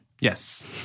Yes